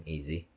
Easy